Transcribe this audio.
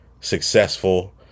successful